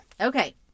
Okay